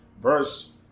verse